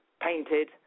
painted